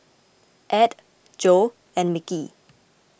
Add Jo and Mickey